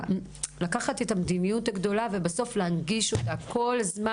לקחת את המדיניות הגדולה ולהנגיש אותה כל הזמן.